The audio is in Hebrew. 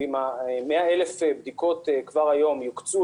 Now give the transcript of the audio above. ואם 100,000 הבדיקות כבר היום יוקצו,